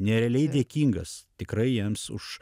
nerealiai dėkingas tikrai jiems už